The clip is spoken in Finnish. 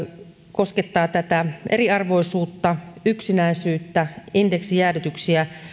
koskettaa tätä eriarvoisuutta yksinäisyyttä indeksijäädytyksiä